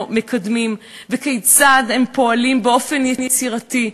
מקדמים וכיצד הם פועלים באופן יצירתי,